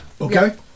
Okay